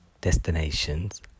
destinations